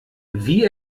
wie